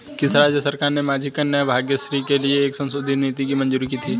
किस राज्य सरकार ने माझी कन्या भाग्यश्री के लिए एक संशोधित नीति को मंजूरी दी है?